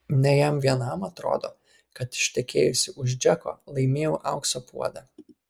ne jam vienam atrodo kad ištekėjusi už džeko laimėjau aukso puodą